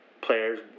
players